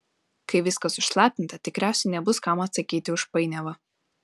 kai viskas užslaptinta tikriausiai nebus kam atsakyti už painiavą